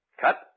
Cut